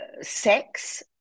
Sex